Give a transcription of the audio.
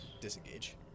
Disengage